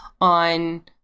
on